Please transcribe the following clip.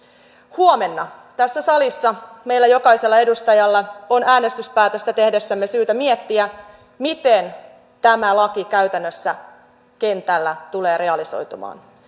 huomenna tässä salissa meillä jokaisella edustajalla on äänestyspäätöstä tehdessämme syytä miettiä miten tämä laki käytännössä kentällä tulee realisoitumaan